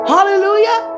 Hallelujah